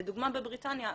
ולדוגמה בבריטניה,